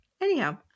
anyhow